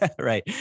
Right